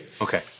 Okay